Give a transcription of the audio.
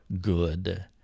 good